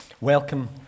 Welcome